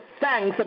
thanks